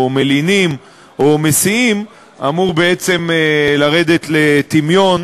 מלינים או מסיעים אמור בעצם לרדת לטמיון,